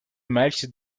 miles